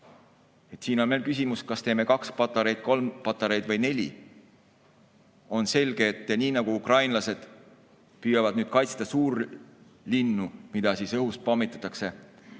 Siin on meil küsimus, kas teeme kaks patareid, kolm patareid või neli. On selge, et nii nagu ukrainlased püüavad kaitsta suurlinnu, mida õhust pommitatakse,